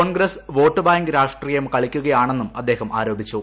Congress vote bank രാഷ്ട്രീയം കളിക്കുകയാണെന്നും അദ്ദേഹം ആരോപിച്ചു